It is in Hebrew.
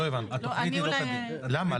למה?